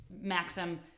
Maxim